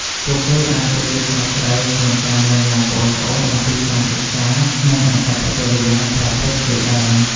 ពួកគេអាចទទួលខុសត្រូវក្នុងការណែនាំប្អូនៗអំពីការសិក្សា និងអាកប្បកិរិយាប្រព្រឹត្តជាដើម។